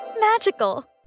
magical